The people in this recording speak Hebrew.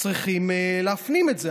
צריכים להפנים את זה.